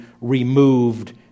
removed